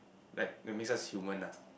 like that makes us human lah